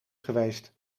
geweest